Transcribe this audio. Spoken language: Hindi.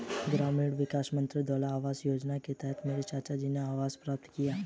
ग्रामीण विकास मंत्रालय द्वारा आवास योजना के तहत मेरे चाचाजी को आवास प्राप्त हुआ